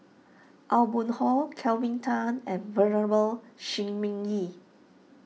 Aw Boon Haw Kelvin Tan and Venerable Shi Ming Yi